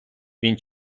він